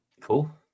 Cool